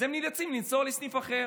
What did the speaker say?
והם נאלצים לנסוע לסניף אחר.